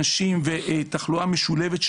נשים ותחלואה משולבת,